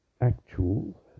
actual